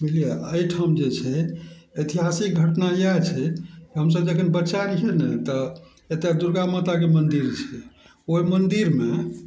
बुझलियै अइठाम जे छै ऐतिहासिक घटना इएह छै हमसब जखन बच्चा रहियै नऽ तऽ एतऽ दुर्गा माताके मन्दिर छै ओइ मन्दिरमे